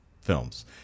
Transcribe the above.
films